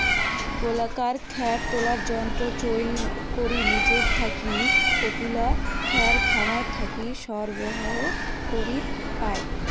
গোলাকার খ্যার তোলার যন্ত্র চইল করি নিজের থাকি কতুলা খ্যার খামার থাকি সরবরাহ করির পায়?